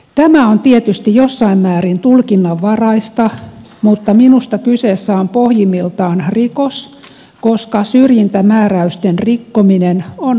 tämä on tietysti jossain määrin tulkinnanvaraista mutta minusta kyseessä on pohjimmiltaan rikos koska syrjintämääräysten rikkominen on kriminalisoitu